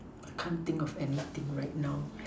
I can't think of anything right now